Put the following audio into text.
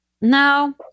No